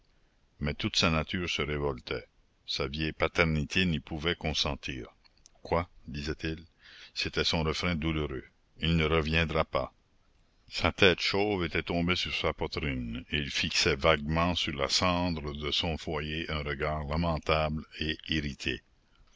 mais toute sa nature se révoltait sa vieille paternité n'y pouvait consentir quoi disait-il c'était son refrain douloureux il ne reviendra pas sa tête chauve était tombée sur sa poitrine et il fixait vaguement sur la cendre de son foyer un regard lamentable et irrité